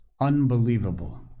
Unbelievable